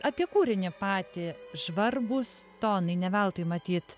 apie kūrinį patį žvarbūs tonai ne veltui matyt